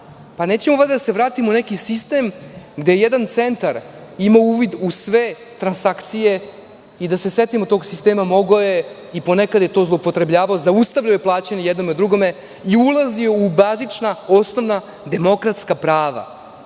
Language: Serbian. Nećemo valjda da se vratimo u neki sistem gde jedan centar ima uvid u sve transakcije? Da se setimo tog sistema, mogao je i ponekad je to zloupotrebljavao, zaustavljao je plaćanje i jednom i drugom i ulazio je u bazična, osnovna demokratska prava.